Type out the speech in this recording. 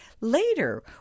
Later